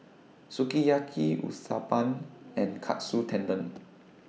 Sukiyaki Uthapam and Katsu Tendon